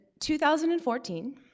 2014